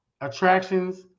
attractions